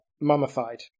mummified